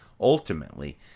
Ultimately